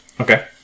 Okay